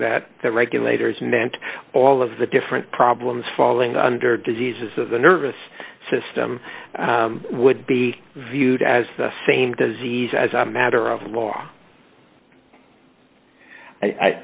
that the regulators meant all of the different problems falling under diseases of the nervous system would be viewed as the same disease as a matter of